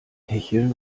hecheln